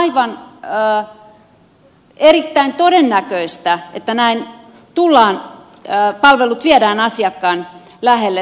se on erittäin todennäköistä että näin palvelut viedään asiakkaan lähelle